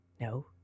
No